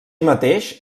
mateix